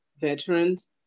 veterans